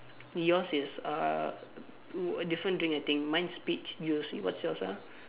yours is uh two different thing I think mine is peach you will see what's yours ah